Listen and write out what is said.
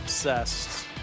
Obsessed